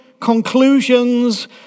conclusions